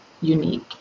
unique